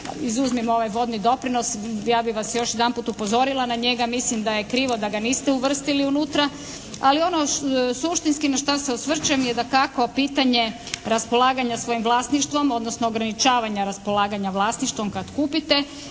izuzmimo ovaj vodni doprinos, ja bi vas još jedanput upozorila na njega. Mislim da je krivo da ga niste uvrstili unutra, ali ono suštinski na što se osvrćem je dakako pitanje raspolaganja svojim vlasništvom odnosno ograničavanja raspolaganja vlasništvom kad kupite.